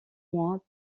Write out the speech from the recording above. moins